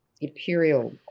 imperial